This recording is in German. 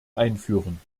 einführen